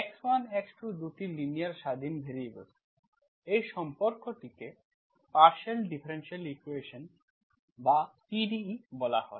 x1x2 2টি linear স্বাধীন variables এই Fy1yx1yx2yx1x2yx1nyx 2n x1x20 সম্পর্কটিকে পার্শিয়াল ডিফারেনশিয়াল ইকুয়েশন্স বা PDE বলা হয়